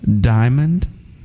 Diamond